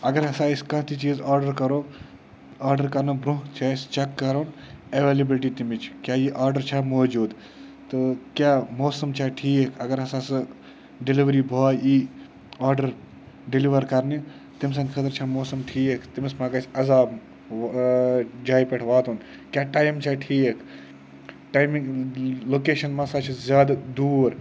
اگر ہَسا أسۍ کانٛہہ تہِ چیٖز آرڈَر کَرو آرڈَر کَرنہٕ برٛونٛہہ چھُ اسہِ چیٚک کَرُن ایٚویلیبٕلٹی تٔمِچ کیٛاہ یہِ آرڈَر چھا موٗجوٗد تہٕ کیٛاہ موسم چھا ٹھیٖک اگر ہَسا سُہ ڈیٚلؤری بھاے یی آرڈَر ڈیٚلِوَر کَرنہِ تٔمۍ سٕنٛدِۍ خٲطرٕ چھا موسم ٹھیٖک تٔمِس ما گَژھہِ عذاب وۄنۍ ٲں جایہِ پٮ۪ٹھ واتُن کیٛاہ ٹایم چھا ٹھیٖک ٹایمِنٛگ لوکیشَن ما سا چھِ زیادٕ دوٗر